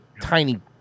tiny